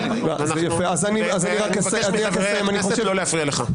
אני אבקש מחברי הכנסת לא להפריע לך.